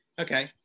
Okay